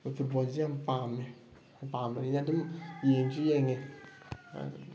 ꯑꯩ ꯐꯨꯠꯕꯣꯜꯁꯤ ꯌꯥꯝꯅ ꯄꯥꯝꯃꯤ ꯄꯥꯝꯕꯅꯤꯅ ꯑꯗꯨꯝ ꯌꯦꯡꯁꯨ ꯌꯦꯡꯉꯦ